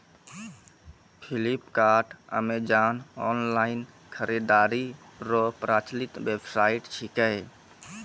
Flipkart Amazon online खरीदारी रो प्रचलित वेबसाइट छिकै